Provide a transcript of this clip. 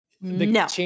no